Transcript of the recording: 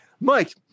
Mike